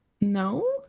No